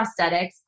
prosthetics